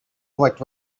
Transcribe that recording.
what